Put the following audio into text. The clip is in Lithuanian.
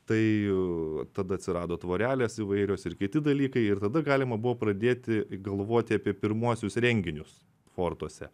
tai tada atsirado tvorelės įvairios ir kiti dalykai ir tada galima buvo pradėti galvoti apie pirmuosius renginius fortuose